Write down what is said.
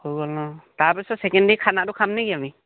হৈ গল ন তাৰপিছত চেকেণ্ডেৰী খানাটো খাম নেকি আমি